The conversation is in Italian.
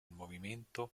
movimento